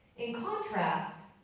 in contrast,